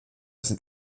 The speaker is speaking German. sind